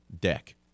deck